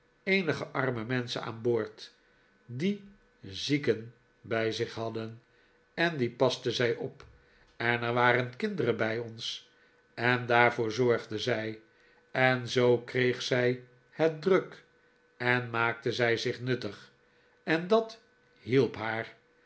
eenige arme menschen aan boord die zieken bij zich hadden en die paste zij op en er waren kinderen bij ons en daarvoor zorgde zij en zoo kreeg zij het druk en maakte zich nuttig en dat hielp haar